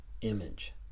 image